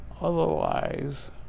Otherwise